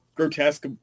grotesque